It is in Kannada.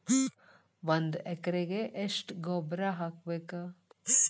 ಒಂದ್ ಎಕರೆಗೆ ಎಷ್ಟ ಗೊಬ್ಬರ ಹಾಕ್ಬೇಕ್?